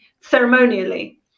ceremonially